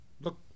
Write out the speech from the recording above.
look